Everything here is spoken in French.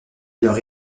leur